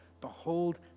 Behold